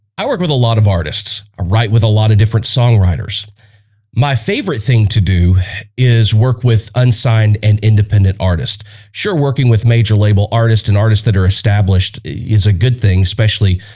i work with a lot of artists ah write with a lot of different songwriters my favorite thing to do is work with unsigned and independent artists sure working with major label artists and artists that are established is a good thing especially?